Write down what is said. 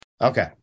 Okay